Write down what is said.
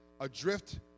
Adrift